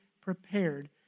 prepared